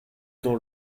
dans